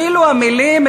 אפילו המילים,